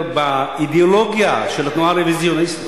באידיאולוגיה של התנועה הרוויזיוניסטית.